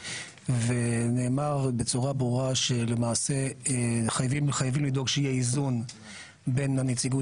ונאמר בצורה ברורה שלמעשה חייבים לדאוג שיהיה איזון בין הנציגות